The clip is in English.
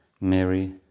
Mary